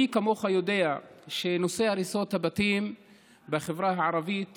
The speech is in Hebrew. מי כמוך יודע שנושא הריסות הבתים בחברה הערבית